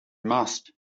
must